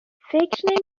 فکر